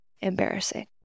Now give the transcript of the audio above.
embarrassing